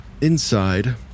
Inside